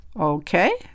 Okay